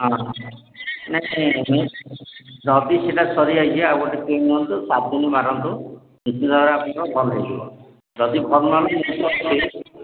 ହଁ ଯଦି ସେଇଟା ସରି ଯାଇଛି ଆଉ ଗୋଟେ କିଣି ନିଅନ୍ତୁ ସାତ ଦିନ ମାରନ୍ତୁ ଦ୍ୱାରା ଆପଣ ଭଲ୍ ହେଇଯିବ ଯଦି ଭଲ ନ ହେଲା